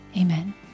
amen